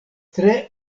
tre